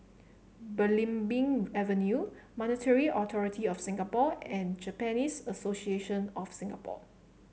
Belimbing Avenue Monetary Authority Of Singapore and Japanese Association of Singapore